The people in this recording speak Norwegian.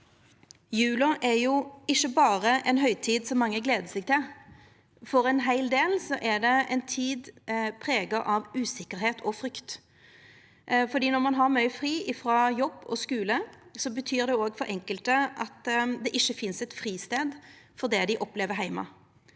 Jula er ikkje berre ei høgtid som mange gleder seg til. For ein heil del er det ei tid prega av usikkerheit og frykt. Når ein har mykje fri frå jobb og skule, betyr det òg, for enkelte, at det ikkje finst ein fristad frå det dei opplever heime.